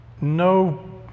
no